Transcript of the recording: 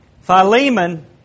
Philemon